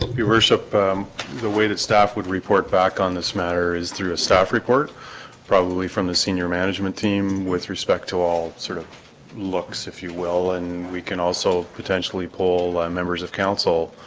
you worship the way that staff would report back on this matter is through a staff report probably from the senior management team with respect to all sort of looks if you will and we can also potentially pull members of council